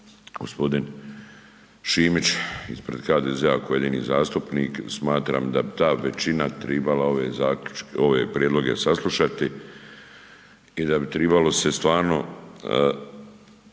gospodin Šimić, ispred HDZ-a koji je jedini zastupnik, smatram da bi ta većina tribala ove prijedloge saslušati i da bi tribalo se stvarno